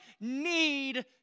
need